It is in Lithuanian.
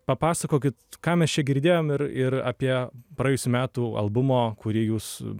papasakokit ką mes čia girdėjom ir ir apie praėjusių metų albumo kurį jūs